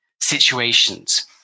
situations